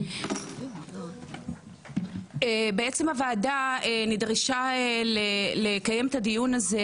הבינלאומי, בעצם הוועדה נדרשה לקיים את הדיון הזה,